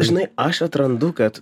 žinai aš atrandu kad